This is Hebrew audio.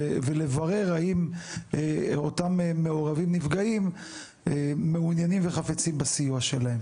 ולברר האם אותם מעורבים נפגעים מעוניינים וחפצים בסיוע שלהם.